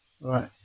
Right